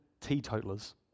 teetotalers